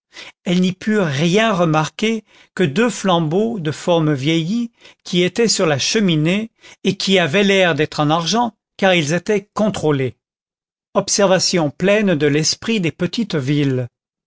elles n'y purent rien remarquer que deux flambeaux de forme vieillie qui étaient sur la cheminée et qui avaient l'air d'être en argent car ils étaient contrôlés observation pleine de l'esprit des petites villes